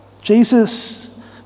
Jesus